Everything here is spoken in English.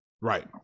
Right